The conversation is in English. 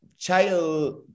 child